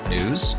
News